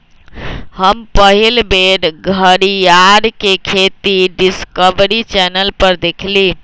हम पहिल बेर घरीयार के खेती डिस्कवरी चैनल पर देखली